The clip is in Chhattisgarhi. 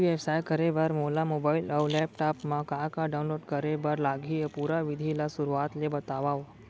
ई व्यवसाय करे बर मोला मोबाइल अऊ लैपटॉप मा का का डाऊनलोड करे बर लागही, पुरा विधि ला शुरुआत ले बतावव?